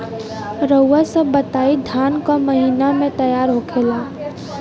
रउआ सभ बताई धान क महीना में तैयार होखेला?